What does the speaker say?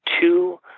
two